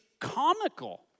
comical